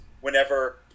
whenever